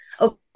okay